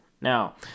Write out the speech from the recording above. Now